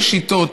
יש שיטות.